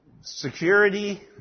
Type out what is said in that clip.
security